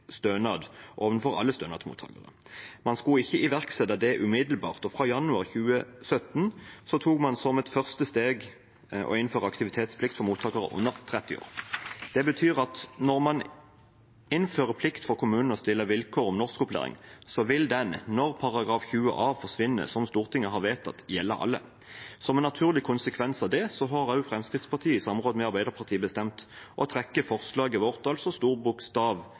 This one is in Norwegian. stønad overfor alle stønadsmottakere. Man skulle ikke iverksette det umiddelbart, og fra januar 2017 tok man som et første steg å innføre aktivitetsplikt for mottakere under 30 år. Det betyr at når man innfører plikt for kommunene til å stille vilkår om norskopplæring, vil det når § 20 a forsvinner, som Stortinget har vedtatt, gjelde alle. Som en naturlig konsekvens av det har Fremskrittspartiet i samråd med Arbeiderpartiet bestemt å trekke forslaget vårt, altså stor bokstav